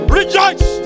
rejoice